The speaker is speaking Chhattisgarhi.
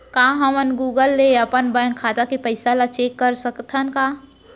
का हमन गूगल ले अपन बैंक खाता के पइसा ला चेक कर सकथन का?